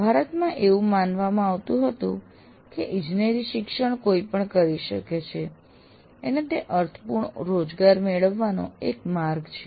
ભારતમાં એવું માનવામાં આવતું હતું કે ઇજનેરી શિક્ષણ કોઈપણ કરી શકે છે અને તે અર્થપૂર્ણ રોજગાર મેળવવાનો એક માર્ગ છે